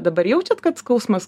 dabar jaučiat kad skausmas